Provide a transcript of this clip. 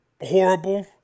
horrible